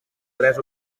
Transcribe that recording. tres